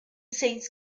seeds